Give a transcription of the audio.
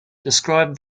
described